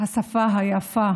השפה היפה